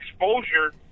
exposure